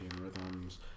rhythms